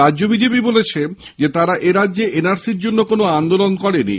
রাজ্য বিজেপি বলেছে তারা এরাজ্যে এন আর সি র জন্য কোন আন্দোলন করেনি